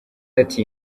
ati